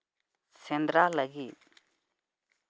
ᱥᱮᱸᱫᱽᱨᱟ ᱞᱟᱹᱜᱤᱫ